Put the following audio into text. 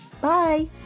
Bye